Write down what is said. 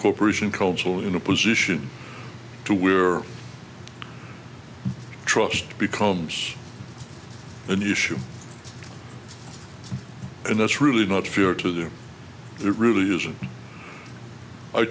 corporation cultural in a position to where trust becomes an issue and that's really not fair to there really isn't